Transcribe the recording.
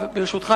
ברשותך,